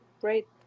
great